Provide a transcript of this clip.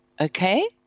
Okay